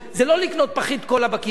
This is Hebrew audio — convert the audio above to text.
זה לא לקנות פחית קולה בקיוסק.